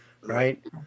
right